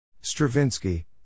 Stravinsky